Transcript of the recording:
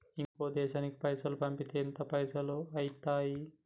ఇంకో దేశానికి పైసల్ పంపితే ఎంత పైసలు అయితయి?